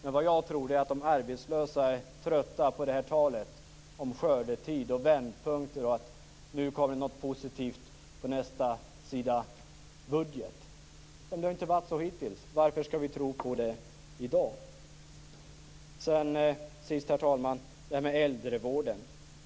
Men jag tror att arbetslösa är trötta på talet om skördetid och vändpunkter och att det kommer något positivt efter nästa budget. Men det har inte varit så hittills, så varför skall vi tro på det i dag? Till sist, herr talman, vill jag ta upp det här med äldrevården.